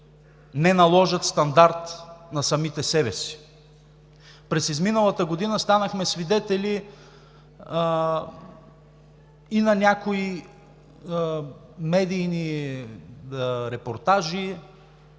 не наложат стандарт на самите себе си. През изминалата година станахме свидетели и на някои медийни репортажи,